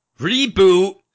Reboot